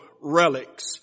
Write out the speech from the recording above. relics